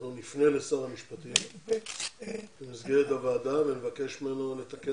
אנחנו נפנה לשר המשפטים במסגרת הוועדה ונבקש ממנו לתקן